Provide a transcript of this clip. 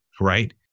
right